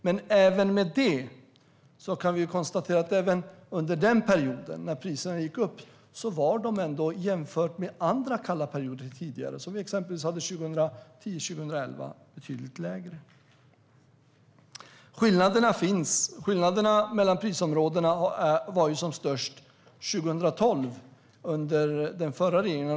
Men även under perioder då priserna gick upp var de ändå betydligt lägre än andra kalla perioder, exempelvis 2010 och 2011. Skillnaderna mellan prisområdena var som störst 2012, då de infördes av den förra regeringen.